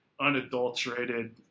unadulterated